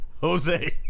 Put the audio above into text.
Jose